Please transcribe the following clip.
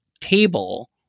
table